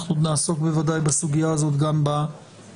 אנחנו עוד נעסוק בוודאי בסוגיה הזו גם בהמשך.